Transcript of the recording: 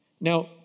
Now